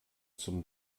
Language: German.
zum